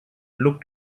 looked